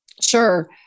Sure